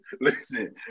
listen